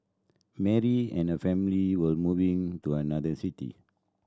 Mary and her family were moving to another city